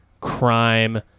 crime